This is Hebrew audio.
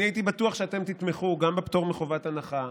אני הייתי בטוח שאתם תתמכו גם בפטור מחובת הנחה,